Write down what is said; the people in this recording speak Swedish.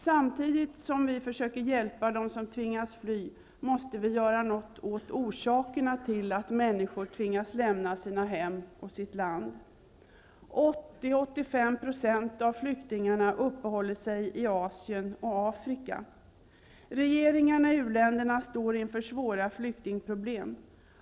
Samtidigt som vi försöker hjälpa dem som tvingats fly måste vi göra något åt orsakerna till att människor tvingas lämna sina hem och sitt land. Afrika. Regeringarna i u-länderna står inför svåra flyktingproblem.